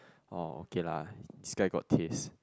oh okay lah sky got taste